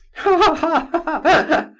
ha, ha, ha,